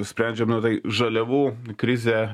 sprendžiame tai žaliavų krizė